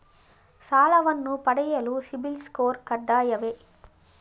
ಸಾಲವನ್ನು ಪಡೆಯಲು ಸಿಬಿಲ್ ಸ್ಕೋರ್ ಕಡ್ಡಾಯವೇ?